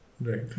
Right